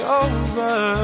over